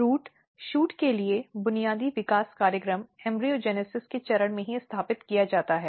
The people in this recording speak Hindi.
रूट शूट के लिए बुनियादी विकास कार्यक्रम एम्ब्रिओजेन्इसिस के चरण में ही स्थापित किया जाता है